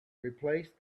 replace